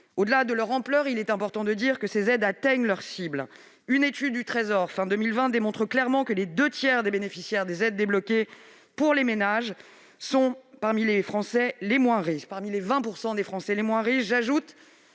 Au-delà de leur ampleur, il est important de dire que ces aides atteignent leur cible. Une étude du Trésor, fin 2020, démontre clairement que les deux tiers des bénéficiaires des aides débloquées pour les ménages sont parmi les 20 % des Français les moins riches. J'ajoute